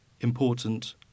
important